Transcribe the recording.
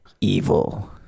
evil